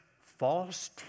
false